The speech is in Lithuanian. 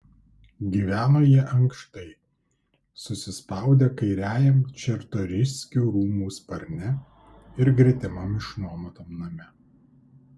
gyveno jie ankštai susispaudę kairiajam čartoriskių rūmų sparne ir gretimam išnuomotam name